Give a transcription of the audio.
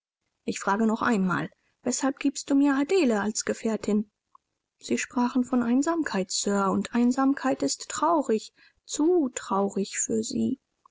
ich frage noch einmal weshalb giebst du mir adele als gefährtin sie sprachen von einsamkeit sir und einsamkeit ist traurig zu traurig für sie